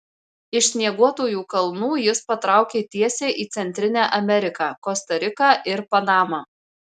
iš snieguotųjų kalnų jis patraukė tiesiai į centrinę ameriką kosta riką ir panamą